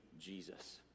Jesus